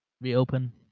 reopen